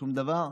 שום דבר.